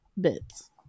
bits